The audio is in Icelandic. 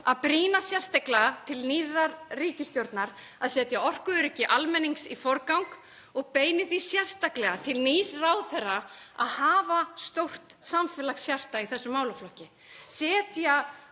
að brýna sérstaklega nýja ríkisstjórn til að setja orkuöryggi almennings í forgang og beini því sérstaklega til nýs ráðherra að hafa stórt samfélagshjarta í þessum málaflokki, setja